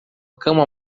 cama